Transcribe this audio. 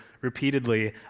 repeatedly